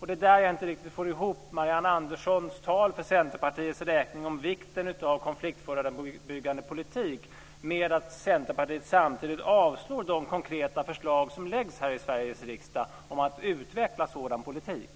Det är här jag inte riktigt får ihop Marianne Anderssons tal för Centerpartiets räkning om vikten av konfliktförebyggande politik med att Centerpartiet samtidigt avslår de konkreta förslag som läggs fram här i Sveriges riksdag om att utveckla sådan politik.